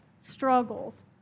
struggles